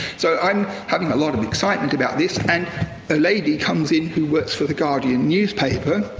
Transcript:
so i'm having a lot of excitement about this. and a lady comes in who works for the guardian newspaper,